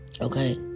Okay